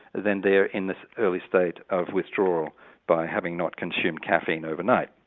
then they're in the early state of withdrawal by having not consumed caffeine overnight.